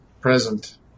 present